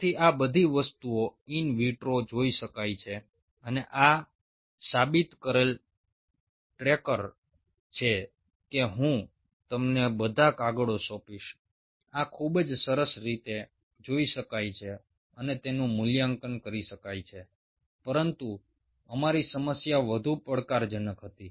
તેથી આ બધી વસ્તુઓ ઈન વિટ્રોમાં જોઈ શકાય છે અને આ સાબિત કરેલ ટ્રેકર્સ છે હું તમને બધા કાગળો સોંપીશ આ ખૂબ જ સરસ રીતે જોઈ શકાય છે અને તેનું મૂલ્યાંકન કરી શકાય છે પરંતુ અમારી સમસ્યા વધુ પડકારજનક હતી